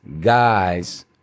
guys